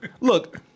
look